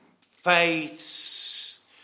faiths